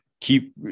keep